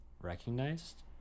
recognized